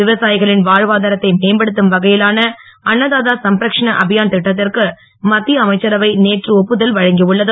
விவசாயிகளின் வாழ்வாதாரத்தை மேம்படுத்தும் வகையிலான அன்னதா தா சம்ரக்க்ஷண அபியான் திட்டத்திற்கு மத்திய அமைச்சரவை நேற்று ஒப்புதல் வழங்கியுள்ளது